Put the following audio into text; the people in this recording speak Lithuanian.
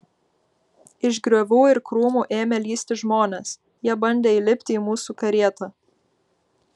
iš griovių ir krūmų ėmė lįsti žmonės jie bandė įlipti į mūsų karietą